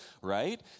right